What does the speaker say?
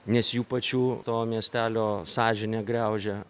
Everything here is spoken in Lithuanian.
nes jų pačių to miestelio sąžinė graužia